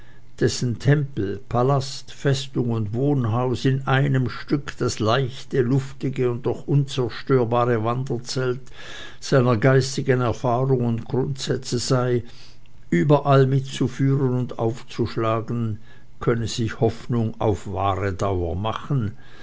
dessen tempel palast festung und wohnhaus in einem stück das leichte luftige und doch unzerstörbare wanderzelt seiner geistigen erfahrung und grundsätze sei überall mitzuführen und aufzuschlagen könne sich hoffnung auf wahre dauer machen